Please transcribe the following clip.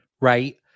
Right